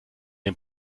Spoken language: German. den